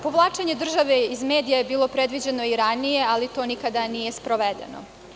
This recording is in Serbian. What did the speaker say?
Povlačenje države iz medija je bilo čak predviđeno i ranije, ali to nikada nije sprovedeno.